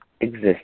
exist